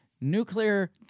nuclear